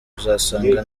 uzasanga